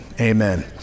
amen